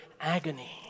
agony